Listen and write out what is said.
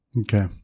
Okay